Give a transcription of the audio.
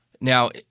Now